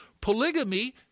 Polygamy